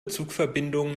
zugverbindungen